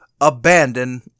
abandon